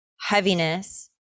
heaviness